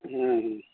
ہوں